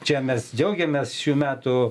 čia mes džiaugiamės šių metų